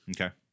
Okay